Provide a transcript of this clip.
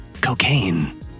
cocaine